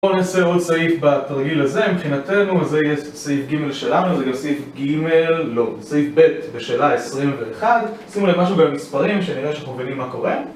בואו נעשה עוד סעיף בתרגיל הזה, מבחינתנו זה יהיה סעיף ג' שלנו, זה יהיה סעיף ג', לא, סעיף ב' בשאלה 21 שימו לי משהו במספרים שאני אראה שאתם מבינים מה קורה